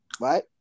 right